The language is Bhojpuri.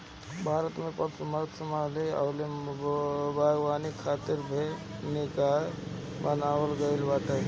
भारत में पशुपालन, मत्स्यपालन अउरी बागवानी खातिर भी निकाय बनावल गईल बाटे